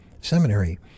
seminary